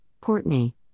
Courtney